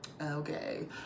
Okay